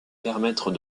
permettre